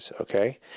Okay